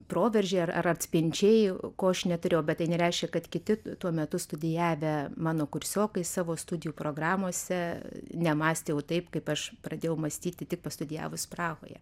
proveržiai ar atspindžiai ko aš neturėjau bet tai nereiškia kad kiti tuo metu studijavę mano kursiokai savo studijų programose nemąstė jau taip kaip aš pradėjau mąstyti tik pastudijavus prahoje